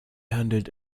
handelt